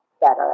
better